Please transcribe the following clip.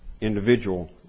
individual